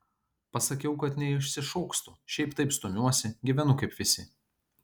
pasakiau kad neišsišokstu šiaip taip stumiuosi gyvenu kaip visi